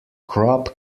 crop